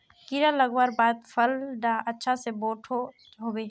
कीड़ा लगवार बाद फल डा अच्छा से बोठो होबे?